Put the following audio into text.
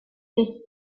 thé